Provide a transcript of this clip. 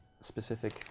specific